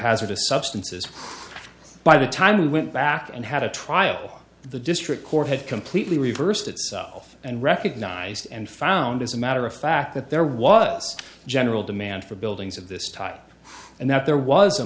hazardous substances by the time we went back and had a trial the district court had completely reversed itself and recognized and found as a matter of fact that there was a general demand for buildings of this type and that there was a